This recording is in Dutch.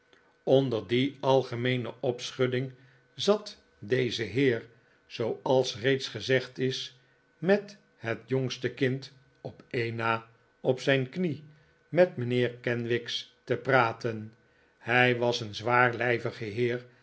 onder die algemeene opschudding zat deze heer zooals reeds gezegd is met het jongste kind op een na op zijn knie met mijnheer kenwigs te praten hij was een zwaarlijvige heer